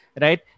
right